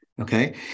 Okay